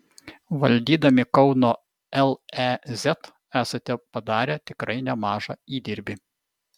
valdydami kauno lez esate padarę tikrai nemažą įdirbį